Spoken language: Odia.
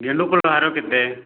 ଗେଣ୍ଡୁଫୁଲ ହାର କେତେ